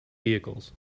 vehicles